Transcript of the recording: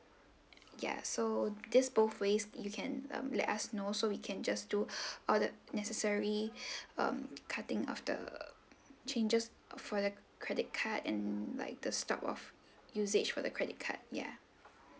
ya so these both ways you can um let us know so we can just do all the necessary um cutting after changes for the credit card and like the stop of usage for the credit card yeah